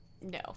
no